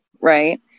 right